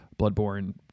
Bloodborne